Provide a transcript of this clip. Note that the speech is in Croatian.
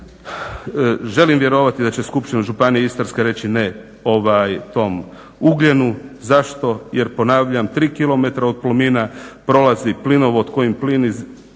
želim vjerovati da će Skupština županije Istarske reći ne tom ugljenu. Zašto? Jer ponavljam tri kilometra od Plomina prolazi plinovod kojim plin